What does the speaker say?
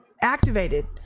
activated